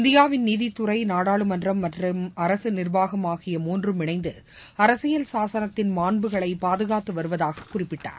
இந்தியாவின் நீதித்துறை நாடாளுமன்றம் மற்றும் அரசு நிர்வாகம் ஆகிய மூன்றும் இணைந்து அரசியல் சாசனத்தின் மாண்புகளை பாதுகாத்து வருவதாகக் குறிப்பிட்டார்